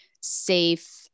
safe